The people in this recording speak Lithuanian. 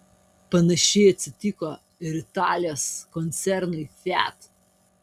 panašiai atsitiko ir italijos koncernui fiat